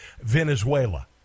Venezuela